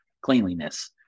cleanliness